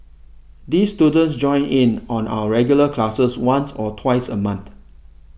these students join in on our regular classes once or twice a month